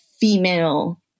female